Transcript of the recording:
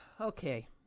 Okay